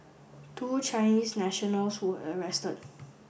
two Chinese nationals were arrested